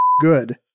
good